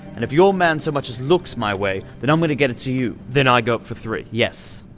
and if your man so much as looks my way, then i'm going to get it to you. then i go up for three. yes.